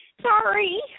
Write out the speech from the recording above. Sorry